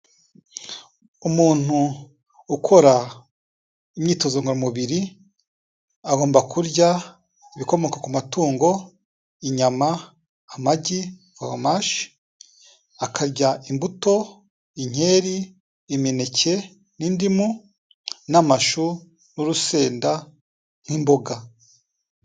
Umuntu ukora imyitozo ngororamubiri agomba kurya ibikomoka ku matungo inyama, amagi, formage. Akarya imbuto, inkeri, imineke n'indimu n'amashu n'urusenda n'imboga.